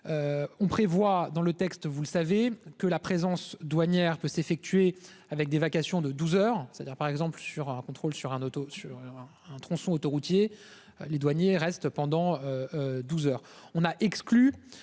On prévoit dans le texte, vous le savez, que la présence douanière peut s'effectuer avec des vacations de 12h, c'est-à-dire par exemple sur un contrôle sur un auto-sur. Un tronçon autoroutier, les douaniers reste pendant. 12h